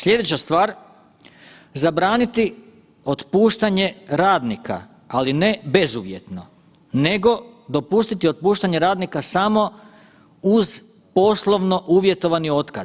Sljedeća stvar, zabraniti otpuštanje radnika, ali ne bezuvjetno nego dopustiti otpuštanje radnika samo uz poslovno uvjetovani otkaz.